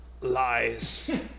lies